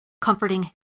comforting